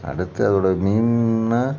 அடுத்து அதோடு மீம்னா